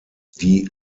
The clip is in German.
die